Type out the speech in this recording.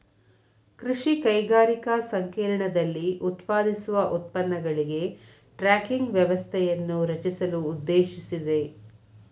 ಕೃಷಿ ಕೈಗಾರಿಕಾ ಸಂಕೇರ್ಣದಲ್ಲಿ ಉತ್ಪಾದಿಸುವ ಉತ್ಪನ್ನಗಳಿಗೆ ಟ್ರ್ಯಾಕಿಂಗ್ ವ್ಯವಸ್ಥೆಯನ್ನು ರಚಿಸಲು ಉದ್ದೇಶಿಸಿದೆ